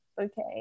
okay